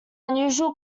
unusual